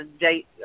date